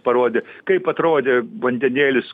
parodė kaip atrodė vandenėlis